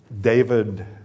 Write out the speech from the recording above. David